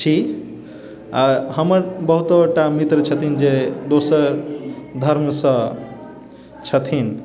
छी आओर हमर बहुतोटा मित्र छथिन जे दोसर धर्मसँ छथिन